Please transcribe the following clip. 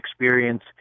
experience